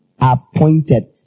appointed